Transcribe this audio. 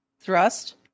thrust